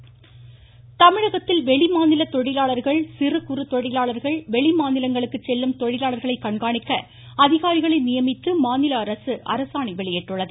அரசாண தமிழகத்தில் வெளிமாநில தொழிலாளர்கள் சிறு குறு தொழிலாளர்கள் வெளிமாநிலங்களுக்கு செல்லும் தொழிலாளர்களை கண்காணிக்க அதிகாரிகளை நியமித்து மாநில அரசு அரசாணை வெளியிட்டுள்ளது